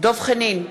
דב חנין,